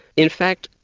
in fact,